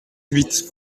huit